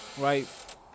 right